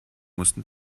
mussten